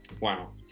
Wow